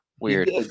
Weird